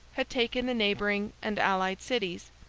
had taken the neighboring and allied cities,